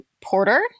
Porter